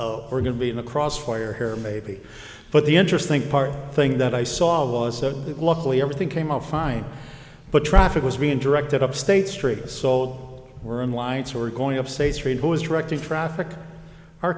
it were going to be in the crossfire here maybe but the interesting part thing that i saw was that luckily everything came up fine but traffic was being directed up state street so we're in lines who are going up state street who is directing traffic